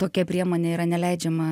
tokia priemonė yra neleidžiama